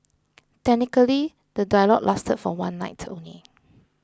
technically the dialogue lasted for one night only